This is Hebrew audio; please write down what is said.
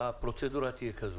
הפרוצדורה תהיה כזו: